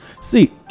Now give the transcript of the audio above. See